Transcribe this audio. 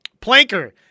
Planker